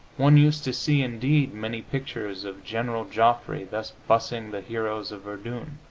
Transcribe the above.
one used to see, indeed, many pictures of general joffre thus bussing the heroes of verdun